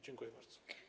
Dziękuję bardzo.